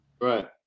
Right